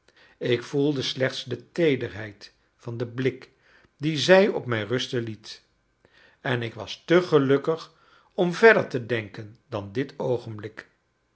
ik voelde slechts de teederheid van den blik dien zij op mij rusten liet en ik was te gelukkig om verder te denken dan dit oogenblik